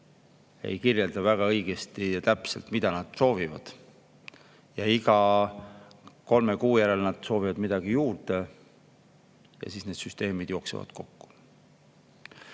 ei kirjelda väga õigesti ja täpselt, mida nad soovivad. Iga kolme kuu järel soovivad nad midagi juurde ja siis need süsteemid jooksevad kokku.